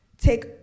take